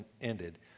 ended